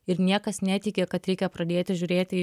ir niekas netiki kad reikia pradėti žiūrėti į